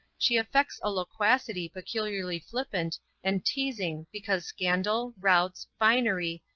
she affects a loquacity peculiarly flippant and teazing because scandal, routs, finery,